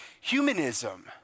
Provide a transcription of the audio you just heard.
humanism